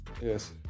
Yes